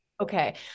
Okay